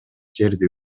жерди